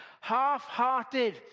Half-hearted